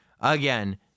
again